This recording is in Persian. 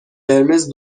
قرمز